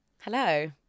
Hello